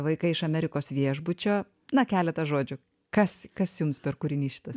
vaikai iš amerikos viešbučio na keletą žodžių kas kas jums per kūrinys šitas